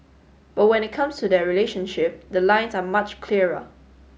but when it comes to their relationship the lines are much clearer